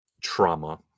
trauma